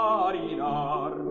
Marinar